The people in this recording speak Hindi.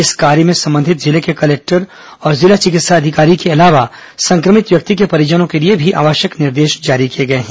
इस कार्य में संबंधित जिले के कलेक्टर और जिला चिकित्सा अधिकारी के अलावा संक्रमित व्यक्ति के परिजनों के लिए भी आवश्यक निर्देश जारी किए गए हैं